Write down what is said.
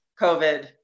COVID